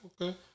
okay